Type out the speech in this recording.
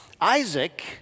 Isaac